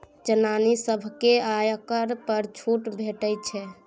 जनानी सभकेँ आयकर पर छूट भेटैत छै